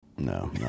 No